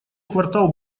квартал